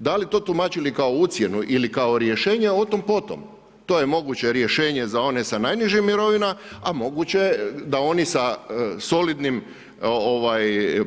Da li to tumačili kao ucjenu ili kao rješenje, o tom potom, to je moguće rješenje za one sa najnižim mirovinama, a moguće da oni sa solidnim